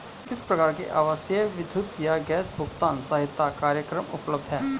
किस प्रकार के आवासीय विद्युत या गैस भुगतान सहायता कार्यक्रम उपलब्ध हैं?